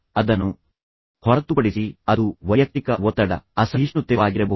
ಆದರೆ ಅದನ್ನು ಹೊರತುಪಡಿಸಿ ಅದು ವೈಯಕ್ತಿಕ ಒತ್ತಡ ಆತಂಕ ಅಸಹನೆ ಅಸಹಿಷ್ಣುತೆವಾಗಿರಬಹುದು